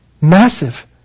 Massive